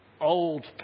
old